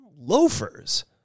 loafers